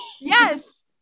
Yes